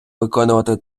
виконувати